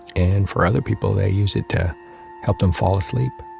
and for other people, they use it to help them fall asleep